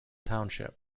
township